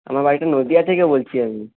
আমার বাড়িটা নদীয়া থেকে বলছি আমি